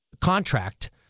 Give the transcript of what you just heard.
contract